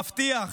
מבטיח,